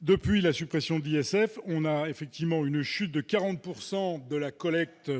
Depuis la suppression de l'ISF, nous constatons une chute de 40 % de la collecte